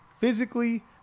physically